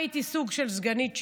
הייתי סוג של סגנית שלו,